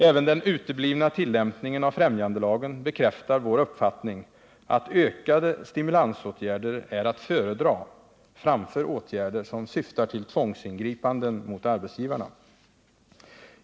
Även den uteblivna tillämpningen av främjandelagen bekräftar vår uppfattning att ökade stimulansåtgärder är att föredra framför åtgärder som syftar till tvångsingripanden mot arbetsgivarna.